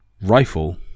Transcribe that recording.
rifle